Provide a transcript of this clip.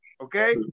okay